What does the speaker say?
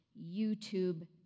YouTube